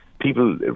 people